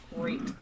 Great